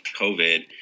COVID